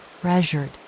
treasured